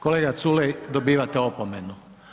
Kolega Culej dobivate opomenu.